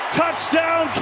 touchdown